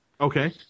Okay